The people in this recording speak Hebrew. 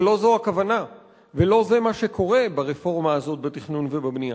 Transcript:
אבל לא זו הכוונה ולא זה מה שקורה ברפורמה הזאת בתכנון ובבנייה.